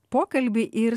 pokalbį ir